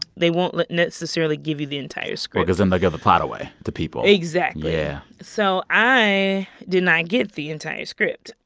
they won't like necessarily give you the entire script well, cause then they give the plot away to people exactly yeah so i did not get the entire script.